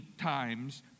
times